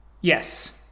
Yes